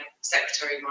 secretary